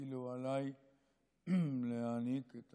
והטילו עליי להעניק את